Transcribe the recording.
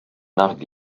largue